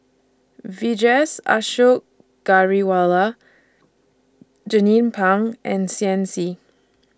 Vijesh Ashok Ghariwala Jernnine Pang and Shen Xi